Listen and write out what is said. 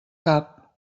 cap